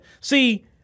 See